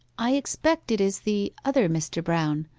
i expect it is the other mr. brown,